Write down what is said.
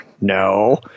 No